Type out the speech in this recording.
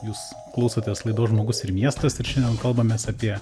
jūs klausotės laidos žmogus ir miestas ir šiandien kalbamės apie